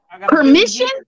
Permission